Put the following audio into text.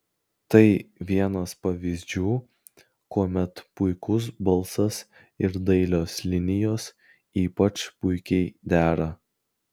tai vienas pavyzdžių kuomet puikus balsas ir dailios linijos ypač puikiai dera